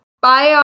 Bye